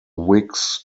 wicks